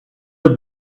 have